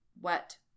wet